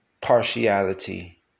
partiality